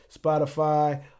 spotify